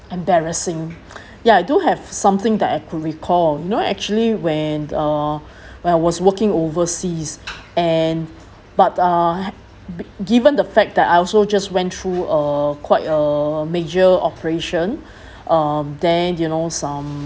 embarrassing ya I do have something that I could recall you know actually when uh when I was working overseas and but uh gi~ given the fact that I also just went through uh quite a major operation um then you know some